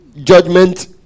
Judgment